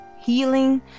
healing